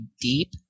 deep